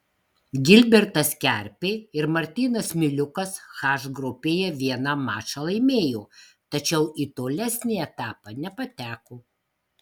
gilbertas kerpė ir martynas miliukas h grupėje vieną mačą laimėjo tačiau į tolesnį etapą nepateko